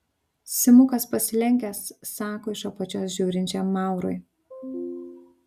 simukas pasilenkęs sako iš apačios žiūrinčiam maurui